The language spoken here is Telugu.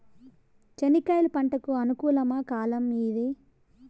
చెనక్కాయలు పంట కు అనుకూలమా కాలం ఏది?